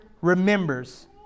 remembers